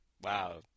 wow